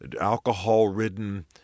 alcohol-ridden